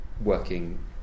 working